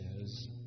says